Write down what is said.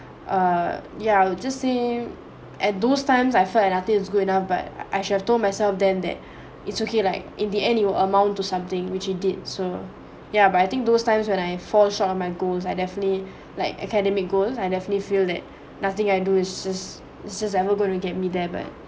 uh yeah you just say at those times I feel and I think it's good enough but I should have told myself then that it's okay like in the end you amount to something which we did so yeah but I think those times when I fall short of my goals I definitely like academic goals I definitely feel that nothing I do is just is just ever going to get me there but